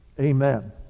amen